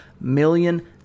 million